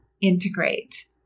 integrate